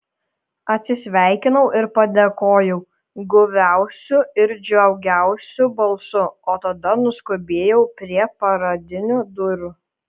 atsisveikinau ir padėkojau guviausiu ir džiugiausiu balsu o tada nuskubėjau prie paradinių durų